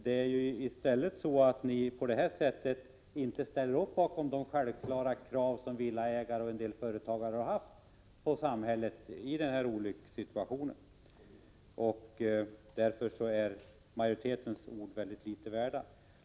Ni ställer ju inte upp på de självklara krav som villaägare och en del företagare har på samhället i denna olyckssituation. Därför är utskottsmajoritetens ord väldigt litet värda.